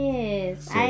Yes